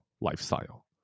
lifestyle